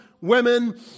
women